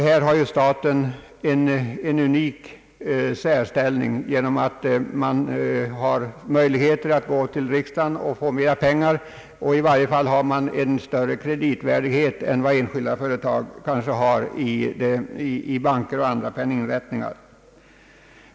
Här har staten en unik särställning genom att den har möjlighet att gå till riksdagen och få mera pengar. Man har dessutom större kreditvärdighet i banker och andra inrättningar än de enskilda företagen.